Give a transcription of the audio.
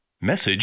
message